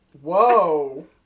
Whoa